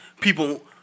people